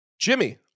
Jimmy